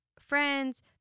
friends